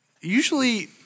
usually